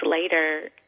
later